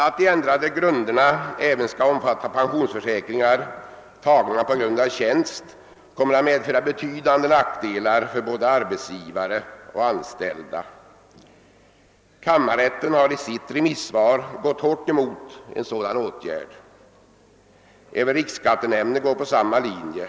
Att de ändrade reglerna även skall omfatta pensionsförsäkringar tagna på grund av tjänst kommer att medföra betydande nackdelar för både arbetsgivare och anställda. Kammarrätten har i sitt remissvar gått hårt emot en sådan åtgärd. Även riksskattenämnden har gått på den linjen.